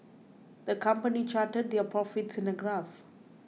the company charted their profits in a graph